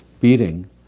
beating